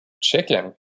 chicken